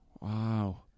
wow